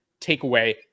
takeaway